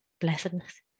blessedness